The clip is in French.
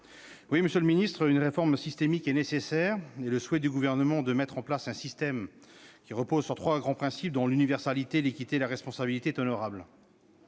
Oui, monsieur le secrétaire d'État, une réforme systémique est nécessaire et le souhait du Gouvernement de mettre en place un système qui repose sur trois grands principes- l'universalité, l'équité et la responsabilité -est honorable.